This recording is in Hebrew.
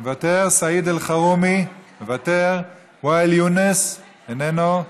מוותר, סעיד אלחרומי, מוותר, ואאל יונס, איננו.